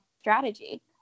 strategy